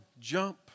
Jump